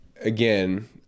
again